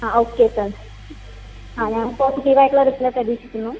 ആ okay sir ആ ഞാൻ പോസിറ്റീവ് ആയിട്ട് ഉള്ള റിപ്ലൈ പ്രതീക്ഷിക്കുന്നു